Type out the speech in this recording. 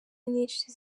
nyinshi